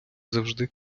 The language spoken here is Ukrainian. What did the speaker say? завжди